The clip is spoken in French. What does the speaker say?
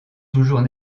toujours